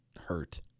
hurt